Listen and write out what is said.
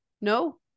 No